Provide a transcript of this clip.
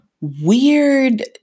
weird